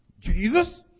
Jesus